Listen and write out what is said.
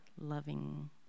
loving